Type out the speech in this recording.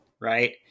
right